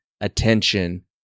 attention